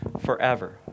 forever